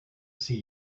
see